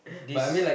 this